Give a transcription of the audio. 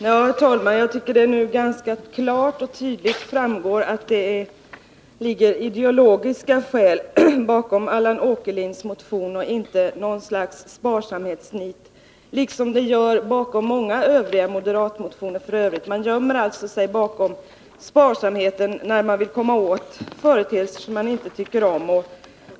Herr talman! Jag tycker att det nu ganska klart framgår att det ligger ideoligiska skäl bakom Allan Åkerlinds motion och inte något sparsamhetsnit. Likadant är det f. ö. med många andra moderatmotioner. Man gömmer sig bakom sparsamheten när man vill komma åt företeelser som man inte tycker om.